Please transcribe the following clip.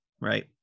Right